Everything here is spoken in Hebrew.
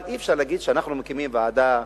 אבל אי-אפשר להגיד שאנחנו מקימים ועדה ממלכתית,